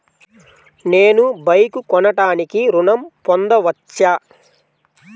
నేను బైక్ కొనటానికి ఋణం పొందవచ్చా?